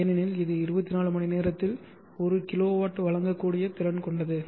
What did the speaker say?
ஏனெனில் இது 24 மணி நேரத்தில் 1 கிலோவாட் வழங்கக்கூடிய திறன் கொண்டது